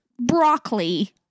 Broccoli